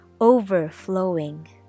overflowing